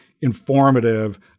informative